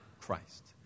Christ